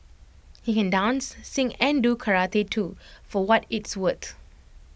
he can dance sing and do karate too for what it's worth